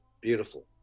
beautiful